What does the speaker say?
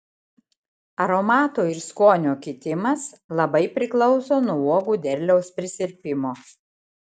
aromato ir skonio kitimas labai priklauso nuo uogų derliaus prisirpimo